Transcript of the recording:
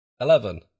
Eleven